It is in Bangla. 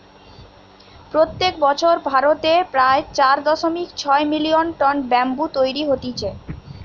প্রত্যেক বছর ভারতে প্রায় চার দশমিক ছয় মিলিয়ন টন ব্যাম্বু তৈরী হতিছে